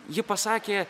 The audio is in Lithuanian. ji pasakė